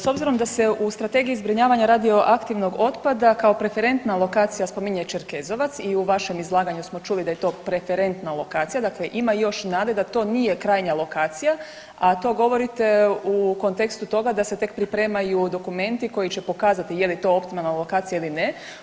S obzirom da se u strategiji zbrinjavanja radioaktivnog otpada kao preferentna lokacija spominje Čerkezovac i u vašem izlaganju smo čuli da je to preferentna lokacija, dakle ima još nade da to nije krajnja lokacija, a to govorite u kontekstu toga da se tek pripremaju dokumenti koji će pokazati je li to optimalna lokacija ili ne.